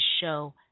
show